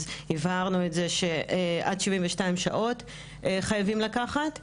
אז הבהרנו את זה שעד 72 שעות חייבים לקחת,